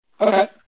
Okay